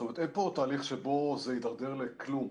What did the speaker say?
זאת אומרת, אין פה תהליך שבו זה ידרדר לכלום.